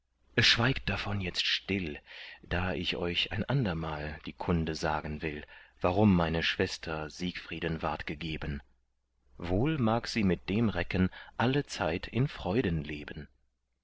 schweigt davon jetzt still da ich euch ein andermal die kunde sagen will warum meine schwester siegfrieden ward gegeben wohl mag sie mit dem recken allezeit in freuden leben